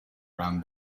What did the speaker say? ran